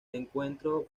encuentro